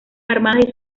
armadas